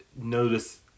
notice